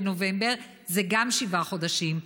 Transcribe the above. בנובמבר, זה גם שבעה חודשים.